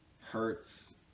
Hurts